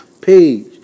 page